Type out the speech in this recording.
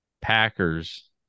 Packers